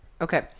Okay